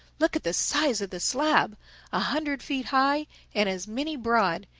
look at the size of the slab a hundred feet high and as many broad.